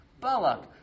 Balak